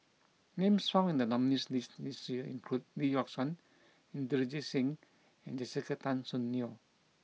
names found in the nominees' list this year include Lee Yock Suan Inderjit Singh and Jessica Tan Soon Neo